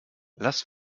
lass